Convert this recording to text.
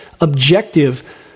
objective